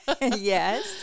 Yes